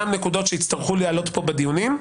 גם נקודות שיצטרכו לעלות פה בדיונים.